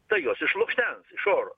ta juos išlukštens iš oro